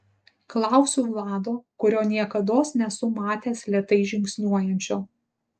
klausiu vlado kurio niekados nesu matęs lėtai žingsniuojančio